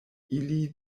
ili